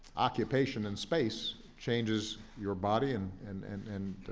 occupation in space changes your body and and and and